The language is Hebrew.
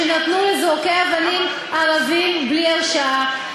בלי הרשעה,